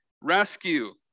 rescue